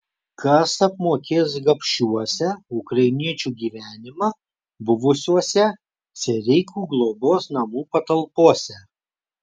kas apmokės gabšiuose ukrainiečių gyvenimą buvusiuose sereikų globos namų patalpose